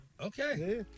okay